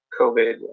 COVID